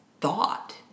thought